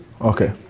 Okay